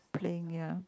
playing ya